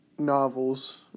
novels